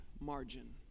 margin